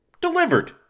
Delivered